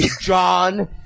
John